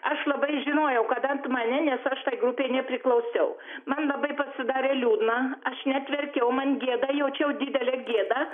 aš labai žinojau kad ant mane nes aš tai grupei nepriklausiau man labai pasidarė liūdna aš net verkiau man gėda jaučiau didelę gėdą